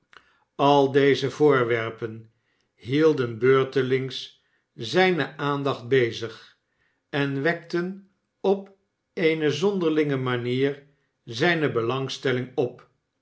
al deze voorwerpen hielden beurtelings zijne aandacht bezig en wekten op eene zonderlinge manier zijne belangstelling op